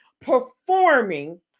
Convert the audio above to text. performing